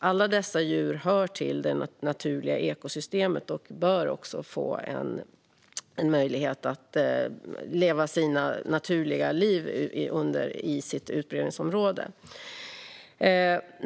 Alla dessa djur hör dock till det naturliga ekosystemet och bör också få en möjlighet att leva sina naturliga liv i sitt utbredningsområde.